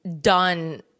done